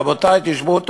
רבותי, תשמעו טוב,